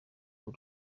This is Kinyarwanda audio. b’u